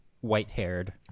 white-haired